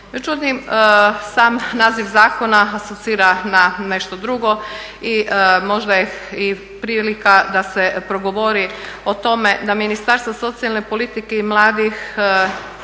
Međutim, sam naziv zakona asocira na nešto drugo i možda je i prilika da se progori o tome da Ministarstvo socijalne politike i mladih treba